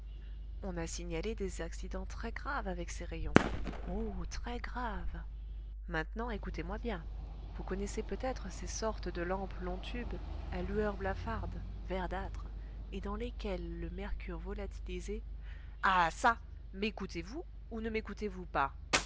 on a signalé des accidents très graves avec ces rayons oh très graves maintenant écoutez-moi bien vous connaissez peut-être ces sortes de lampes longs tubes à lueur blafarde verdâtre et dans lesquelles le mercure volatilisé ah çà mécoutez vous ou ne mécoutez vous pas